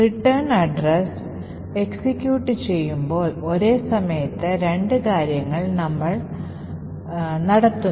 return നിർദ്ദേശം execute ചെയ്യുമ്പോൾ ഒരേസമയം രണ്ട് കാര്യങ്ങൾ നമ്മൾ നടക്കുന്നു